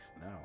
now